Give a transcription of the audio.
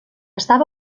estava